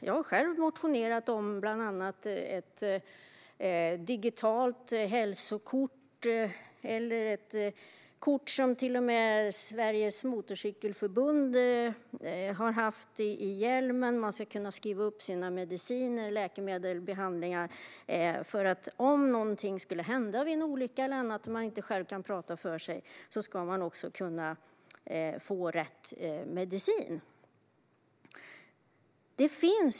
Jag har själv motionerat om bland annat ett digitalt hälsokort, eller ett sådant kort som medlemmarna i Sveriges motorcykelförbund har haft i hjälmen. Man ska kunna skriva upp sina läkemedel och behandlingar så att man, om en olycka eller något annat skulle hända och man inte själv kan tala för sig, ska kunna få rätt medicin.